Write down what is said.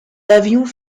avions